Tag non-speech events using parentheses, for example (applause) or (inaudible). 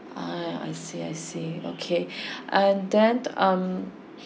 ah I see I see okay (breath) and then um